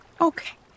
Okay